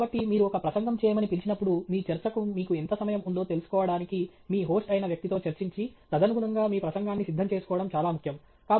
కాబట్టి మీరు ఒక ప్రసంగం చేయమని పిలిచినప్పుడు మీ చర్చకు మీకు ఎంత సమయం ఉందో తెలుసుకోవడానికి మీ హోస్ట్ అయిన వ్యక్తితో చర్చించి తదనుగుణంగా మీ ప్రసంగాన్ని సిద్ధం చేసుకోవడం చాలా ముఖ్యం